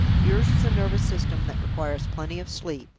yours is a nervous system that requires plenty of sleep.